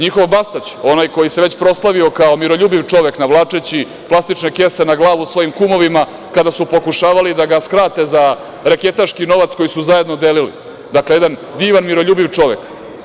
NJihov Bastać, onaj koji se već proslavio kao miroljubiv čovek navlačeći plastične kese na glavu svojim kumovima, kada su pokušavali da ga skrate za reketaški novac koji su zajedno delili, dakle, jedan divan, miroljubiv čovek.